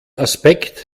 aspekt